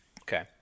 okay